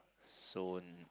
soon